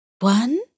one